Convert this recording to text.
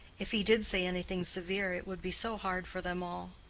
if he did say anything severe it would be so hard for them all.